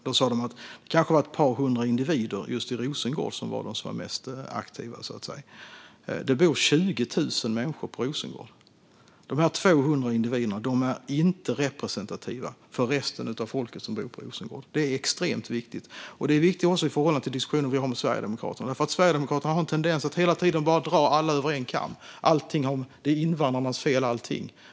De sa att det var ett par hundra individer som var aktiva på Rosengård. På Rosengård bor det 20 000 människor, och de här 200 är inte representativa för resten av dem som bor på Rosengård. Det är extremt viktigt att komma ihåg. Detta är också viktigt i förhållande till den diskussion vi har med Sverigedemokraterna, för Sverigedemokraterna har en tendens att dra alla invandrare över en kam. Allt är deras fel.